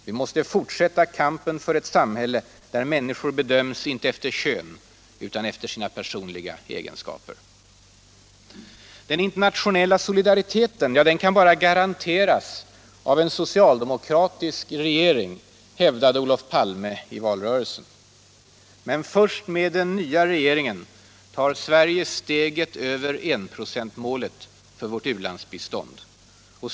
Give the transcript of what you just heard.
Vi måste fortsätta kampen för ett samhälle där människor inte bedöms efter kön utan efter sina personliga egenskaper. Den internationella solidariteten kan bara garanteras av en socialde mokratisk regering, hävdade Olof Palme i valrörelsen. Men först med den nya regeringen tar Sverige steget över enprocentsmålet för vårt u landsbistånd.